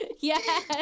yes